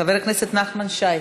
חבר הכנסת נחמן שי.